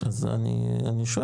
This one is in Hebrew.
אז אני שואל,